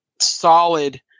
solid